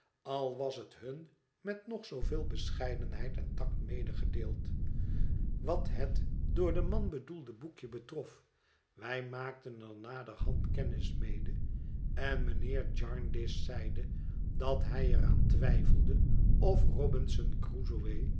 al was het hun met nog zooveel bescheidenheid en tact medegedeeld wat het dooi den man bedoelde boekje betrof wij maakten er naderhand kennis mede en mijnheer jarndyce zeide dat hij er aan twijfelde of robinson crusoë